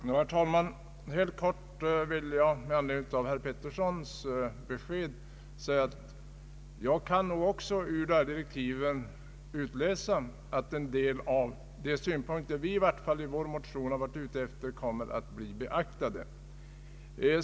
Herr talman! Med anledning av herr Bertil Peterssons besked vill jag helt kort säga att även jag ur direktiven kan utläsa att en del av de synpunkter som vi har fört fram i vår motion blir beaktade.